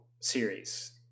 series